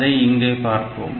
அதை இங்கே பார்ப்போம்